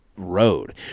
road